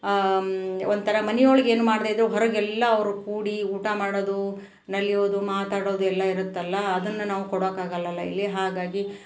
ಒಂಥರ ಮನೆ ಒಳ್ಗೇನು ಮಾಡ್ದೇಯಿದ್ದರು ಹೊರಗೆಲ್ಲ ಅವರ ಕೂಡಿ ಊಟ ಮಾಡೋದು ನಲಿಯೋದು ಮಾತಾಡೊದು ಎಲ್ಲ ಇರುತ್ತಲ್ಲ ಅದನ್ನು ನಾವು ಕೊಡೋಕಾಗಲ್ಲಲ್ಲ ಇಲ್ಲಿ ಹಾಗಾಗಿ